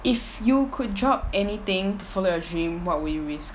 if you could drop anything to follow your dream what would you risk